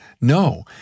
No